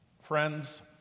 Friends